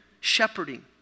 shepherding